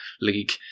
league